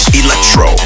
electro